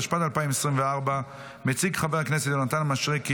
התשפ"ד 2024. מציג חבר הכנסת יונתן מישרקי,